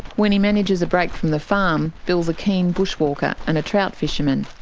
when he manages a break from the farm, bill is a keen bushwalker and a trout fisherman.